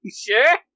Sure